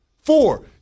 Four